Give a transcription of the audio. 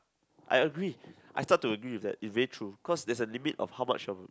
I agree I start to agree with that is really true cause there's a limit of how much your